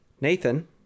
Nathan